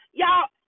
y'all